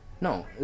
No